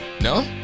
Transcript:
No